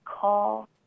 call